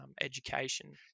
education